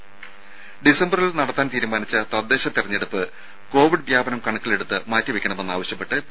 രും ഡിസംബറിൽ നടത്താൻ തീരുമാനിച്ച തദ്ദേശ തെരഞ്ഞെടുപ്പ് കോവിഡ് വ്യാപനം കണക്കിലെടുത്ത് മാറ്റിവെയ്ക്കണമെന്ന് ആവശ്യപ്പെട്ട് പി